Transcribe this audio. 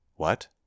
What